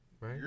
right